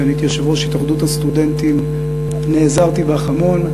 כשאני הייתי יושב-ראש התאחדות הסטודנטים נעזרתי בך המון.